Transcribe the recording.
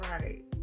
right